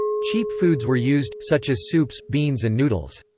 cheap foods were used, such as soups, beans and noodles.